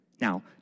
Now